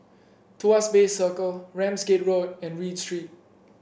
Tuas Bay Circle Ramsgate Road and Read Street